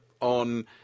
on